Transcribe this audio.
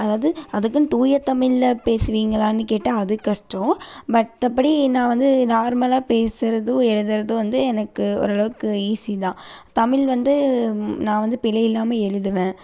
அதாவது அதுக்குன்னு தூய தமிழ்ல பேசுவீங்களான்னு கேட்டால் அது கஷ்டம் மற்றபடி நான் வந்து நார்மலாக பேசுகிறதும் எழுதுகிறதும் வந்து எனக்கு ஓரளவுக்கு ஈஸி தான் தமிழ் வந்து நான் வந்து பிழையில்லாமல் எழுதுவேன்